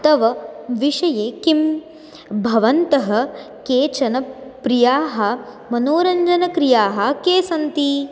तव विषये किं भवन्तः केचन प्रियाः मनोरञ्जनक्रियाः के सन्ति